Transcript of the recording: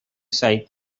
said